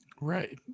Right